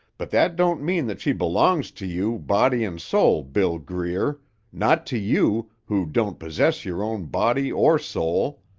but that don't mean that she belongs to you, body and soul, bill greer not to you, who don't possess your own body, or soul.